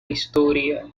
historia